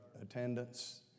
attendance